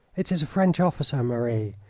it is a french officer, marie.